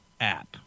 app